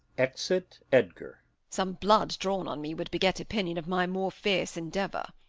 exit edgar. some blood drawn on me would beget opinion of my more fierce endeavour.